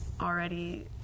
already